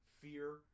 fear